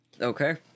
Okay